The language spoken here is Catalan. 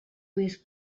més